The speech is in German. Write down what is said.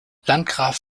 landgraf